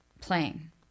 playing